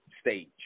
stage